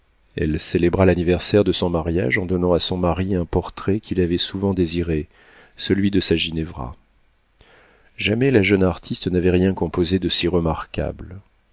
elle célébra l'anniversaire de son mariage en donnant à son mari un portrait qu'il avait souvent désiré celui de sa ginevra jamais la jeune artiste n'avait rien composé de si remarquable